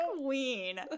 queen